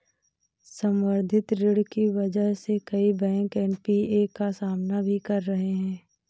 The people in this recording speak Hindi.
संवर्धित ऋण की वजह से कई बैंक एन.पी.ए का सामना भी कर रहे हैं